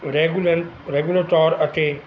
regular regular ਤੋਰ 'ਤੇ